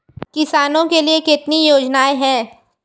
किसानों के लिए कितनी योजनाएं हैं?